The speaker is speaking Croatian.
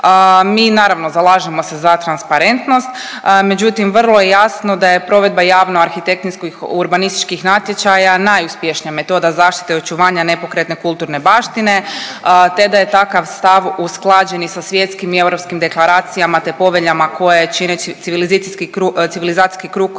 Mi naravno zalažemo se za transparentnost međutim vrlo je jasno da je provedba javno arhitektonskih urbanističkih natječaja najuspješnija metoda zaštite i očuvanja nepokretne kulturne baštine te da je takav stav usklađen i sa svjetskim i europskim deklaracijama te poveljama koje čine civilizacijski krug kojem